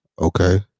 Okay